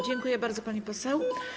Dziękuję bardzo, pani poseł.